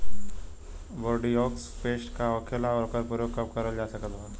Bordeaux paste का होखेला और ओकर प्रयोग कब करल जा सकत बा?